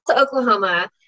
Oklahoma